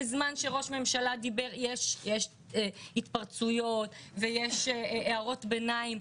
ובזמן שראש ממשלה דיבר יש התפרצויות ויש הערות ביניים,